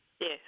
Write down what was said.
Yes